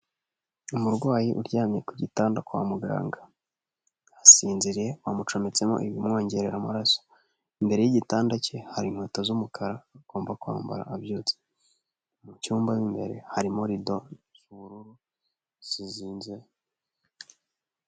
Umurwayi uryamye ku gitanda kwa muganga asinziriye bamucometsemo ibimwongerera amaraso, imbere y'igitanda cye hari inkweto z'umukara agomba kwambara abyutse mu cyumba imbere harimo irido z'ubururu zizinze.